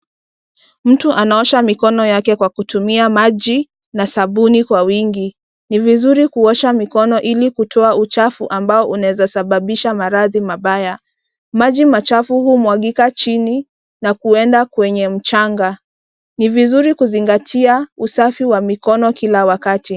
Mtu anaosha mikono yake kwa kutumia maji na sabuni kwa wingi. Ni vizuri kuosha mikono ili kutoa uchafu ambao unaweza sababisha maradhi mabaya. Maji machafu humwagika chini na kuenda kwenye mchanga. Ni vizuri kuzingatia usafi wa mikono kila wakati.